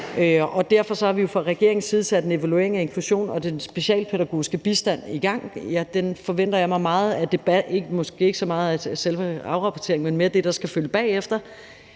derfor har vi jo fra regeringens side sat en evaluering af inklusion og den specialpædagogiske bistand i gang, og jeg forventer mig måske ikke så meget af selve afrapporteringen, men mere det, der skal følge bagefter,